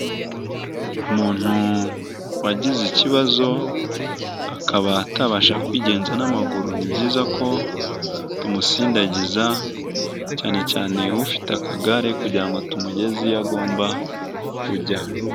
Umuntu wagize ikibazo akaba atabasha kwigenza n'amaguru, ni byiza ko tumusindagiza cyane cyane ufite akagare kugira ngo tumugeze iyo agomba kujya.